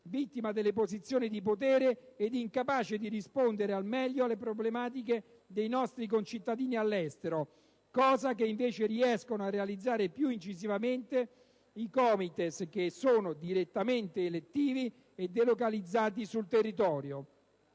vittima delle posizioni di potere ed incapace di rispondere al meglio alle problematiche dei nostri concittadini all'estero, cosa che invece riescono a realizzare più incisivamente i COMITES, che sono direttamente elettivi e delocalizzati sul territorio.